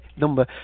number